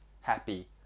happy